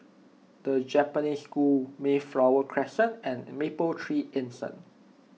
the Japanese School Mayflower Crescent and Mapletree Anson